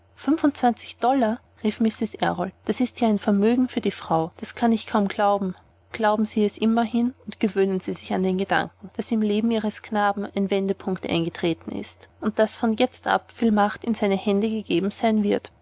fünfundzwanzig dollar rief mrs errol das ist ja ein vermögen für die frau das kann ich kaum glauben glauben sie es immerhin und gewöhnen sie sich an den gedanken daß im leben ihres knaben ein wendepunkt eingetreten ist und daß von jetzt ab viel macht in seine hände gegeben sein wird